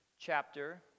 chapter